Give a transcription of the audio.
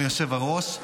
היושב-ראש.